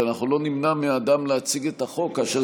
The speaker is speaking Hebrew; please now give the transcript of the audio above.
אבל אנחנו לא נמנע מאדם להציג את החוק כאשר